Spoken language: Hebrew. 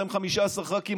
אתם 15 ח"כים,